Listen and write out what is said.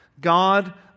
God